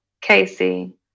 Casey